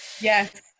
Yes